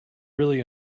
really